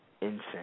insane